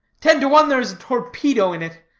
ten to one there is a torpedo in it.